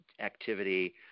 activity